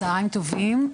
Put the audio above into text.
צוהריים טובים,